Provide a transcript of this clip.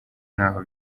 ntaho